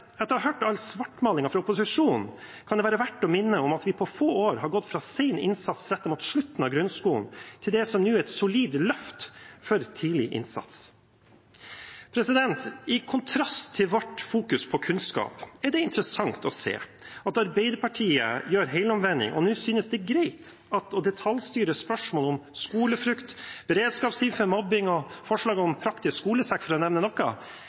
Etter å ha hørt all svartmalingen fra opposisjonen kan det være verdt å minne om at vi på få år har gått fra sen innsats rettet mot slutten av grunnskolen til det som nå er et solid løft for tidlig innsats. I kontrast til vårt fokus på kunnskap er det interessant å se at Arbeiderpartiet gjør helomvending og nå synes det er greit at det å detaljstyre spørsmålet om skolefrukt, beredskapsteam for mobbing og forslag om praktisk skolesekk, for å nevne noe,